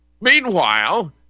Meanwhile